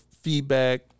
feedback